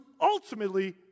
ultimately